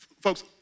folks